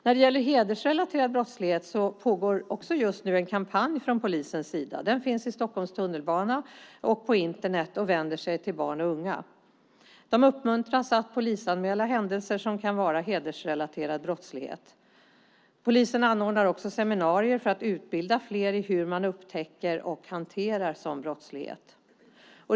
När det gäller hedersrelaterad brottslighet pågår också just nu en kampanj från polisen. Den finns i Stockholms tunnelbana och på Internet och vänder sig till barn och unga. De uppmuntras att polisanmäla händelser som kan vara hedersrelaterad brottslighet. Polisen anordnar också seminarier för att utbilda fler i hur man upptäcker och hanterar sådan brottslighet.